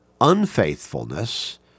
unfaithfulness